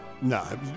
No